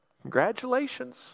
Congratulations